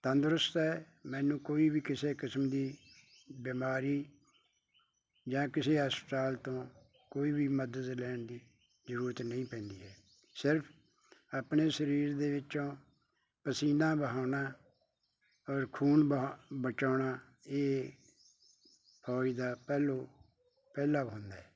ਤੰਦਰੁਸਤ ਹੈ ਮੈਨੂੰ ਕੋਈ ਵੀ ਕਿਸੇ ਕਿਸਮ ਦੀ ਬਿਮਾਰੀ ਜਾਂ ਕਿਸੇ ਹਸਪਤਾਲ ਤੋਂ ਕੋਈ ਵੀ ਮਦਦ ਲੈਣ ਦੀ ਜ਼ਰੂਰਤ ਨਹੀਂ ਪੈਂਦੀ ਹੈ ਸਿਰਫ ਆਪਣੇ ਸਰੀਰ ਦੇ ਵਿੱਚੋਂ ਪਸੀਨਾ ਵਹਾਉਣਾ ਔਰ ਖੂਨ ਵਹਾ ਬਚਾਉਣਾ ਇਹ ਫੌਜ ਦਾ ਪਹਿਲੋਂ ਪਹਿਲਾ